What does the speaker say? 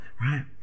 right